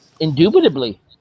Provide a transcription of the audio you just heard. Indubitably